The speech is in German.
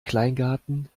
kleingarten